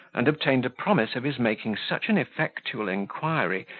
and obtained a promise of his making such an effectual inquiry,